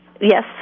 Yes